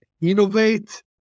innovate